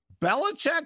Belichick